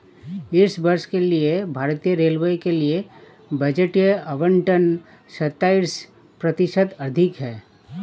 इस वर्ष के लिए भारतीय रेलवे के लिए बजटीय आवंटन सत्ताईस प्रतिशत अधिक है